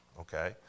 okay